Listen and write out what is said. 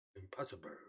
Impossible